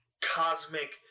cosmic